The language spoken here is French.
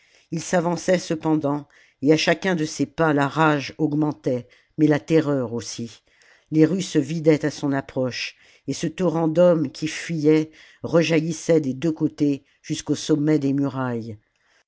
il s'avançait cependant et à chacun de ses pas la rage augmentait mais la terreur aussi les rues se vidaient à son approche et ce torrent d'hommes qui fuyaient rejaillissait des deux côtés jusqu'au sommet des murailles